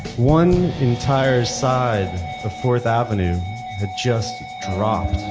one entire side of fourth avenue that just dropped.